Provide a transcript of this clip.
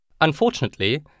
Unfortunately